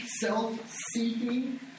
Self-seeking